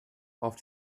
auf